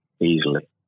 easily